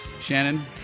Shannon